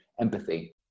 empathy